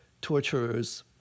torturers